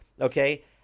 okay